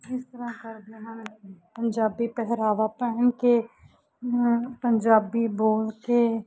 ਇਸ ਤਰ੍ਹਾਂ ਕਰਦੇ ਹਨ ਪੰਜਾਬੀ ਪਹਿਰਾਵਾ ਪਹਿਨ ਕੇ ਪੰਜਾਬੀ ਬੋਲ ਕੇ